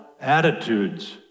attitudes